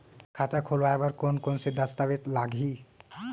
खाता खोलवाय बर कोन कोन से दस्तावेज लागही?